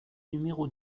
numéro